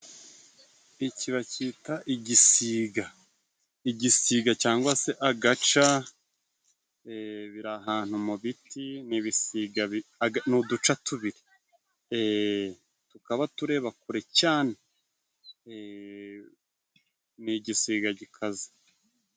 Iki bakita igisiga, igisiga cyangwa se agaca biri ahantu mu biti ni ibisiga ni uduca tubiri , tukaba tureba kure cyane ni igisiga gikaze.